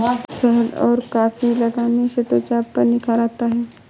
शहद और कॉफी लगाने से त्वचा पर निखार आता है